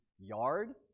yard